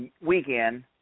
weekend